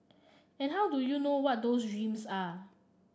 and how do you know what those dreams are